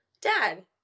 dad